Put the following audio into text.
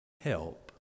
help